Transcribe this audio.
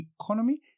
economy